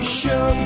show